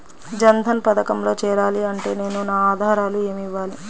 జన్ధన్ పథకంలో చేరాలి అంటే నేను నా ఆధారాలు ఏమి ఇవ్వాలి?